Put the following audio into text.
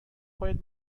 کنید